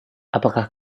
apakah